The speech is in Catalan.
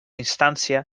instància